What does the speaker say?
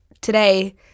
today